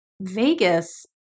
Vegas